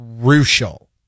crucial